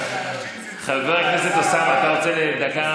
חבר הכנסת אוסאמה, אתה רוצה דקה